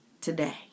today